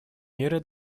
меры